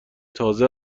تازه